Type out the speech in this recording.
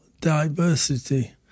diversity